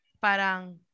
parang